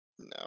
No